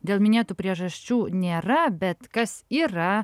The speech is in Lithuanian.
dėl minėtų priežasčių nėra bet kas yra